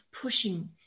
pushing